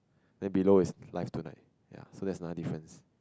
then below is live tonight ya so that's another difference